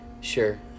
Sure